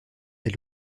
est